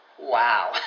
wow